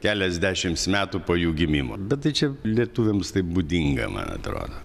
keliasdešims metų po jų gimimo bet tai čia lietuviams taip būdingą man atrodo